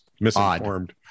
misinformed